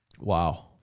Wow